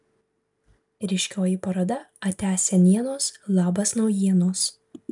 ryškioji paroda atia senienos labas naujienos